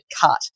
cut